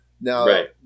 now